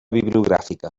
bibliogràfica